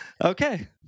Okay